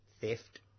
theft